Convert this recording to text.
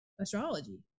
astrology